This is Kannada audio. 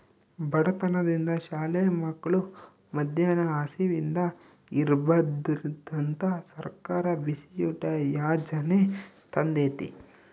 ಬಡತನದಿಂದ ಶಾಲೆ ಮಕ್ಳು ಮದ್ಯಾನ ಹಸಿವಿಂದ ಇರ್ಬಾರ್ದಂತ ಸರ್ಕಾರ ಬಿಸಿಯೂಟ ಯಾಜನೆ ತಂದೇತಿ